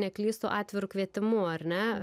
neklystu atviru kvietimu ar ne